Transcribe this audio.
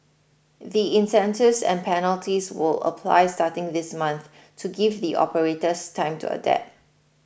the incentives and penalties will apply starting this month to give the operators time to adapt